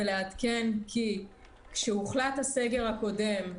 ולעדכן כי כאשר הוחלט הסגר הקודם,